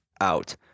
out